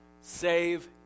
save